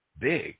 big